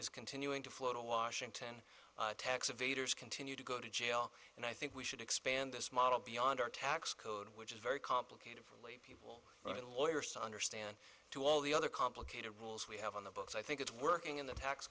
is continuing to flow to washington tax evaders continue to go to jail and i think we should expand this model beyond our tax code which is very complicated for lay people lawyers and understand to all the other complicated rules we have on the books i think it's working in the tax